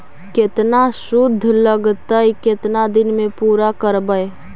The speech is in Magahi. केतना शुद्ध लगतै केतना दिन में पुरा करबैय?